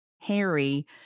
Harry